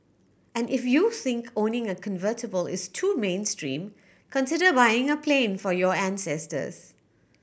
and if you think owning a convertible is too mainstream consider buying a plane for your ancestors